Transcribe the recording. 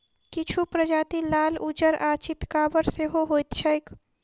किछु प्रजाति लाल, उज्जर आ चितकाबर सेहो होइत छैक